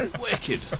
Wicked